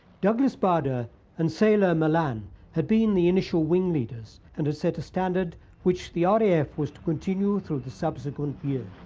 douglas bader and sailor malan had been the initial wing leaders and had set a standard which the ah raf was to continue through the subsequent years.